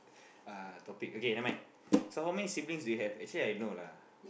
uh topic okay never mind so how many siblings do you have actually I know lah